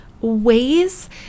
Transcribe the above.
ways